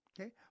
okay